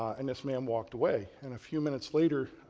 and this man walked away, and a few minutes later,